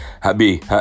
Happy